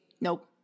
Nope